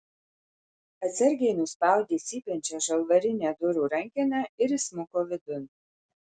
atsargiai nuspaudė cypiančią žalvarinę durų rankeną ir įsmuko vidun